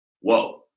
Whoa